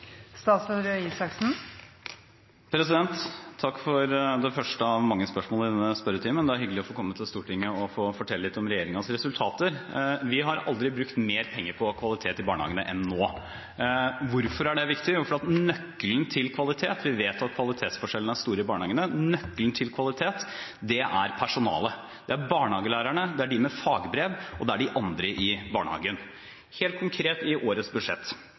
Takk for det første av mange spørsmål i denne spørretimen. Det er hyggelig å få komme til Stortinget og få fortelle litt om regjeringens resultater. Vi har aldri brukt mer penger på kvalitet i barnehagene enn nå. Hvorfor er det viktig? Jo, det er viktig fordi nøkkelen til kvalitet – vi vet at kvalitetsforskjellene i barnehagene er store – er personalet. Det er barnehagelærerne, de med fagbrev og de andre i barnehagen. For å være helt konkret, er det i årets budsjett